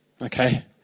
okay